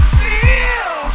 feel